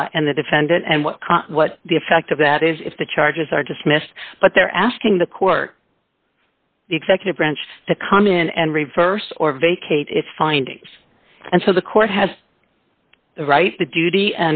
and the defendant and what what the effect of that is if the charges are dismissed but they're asking the court the executive branch to come in and reverse or vacate its findings and so the court has the right the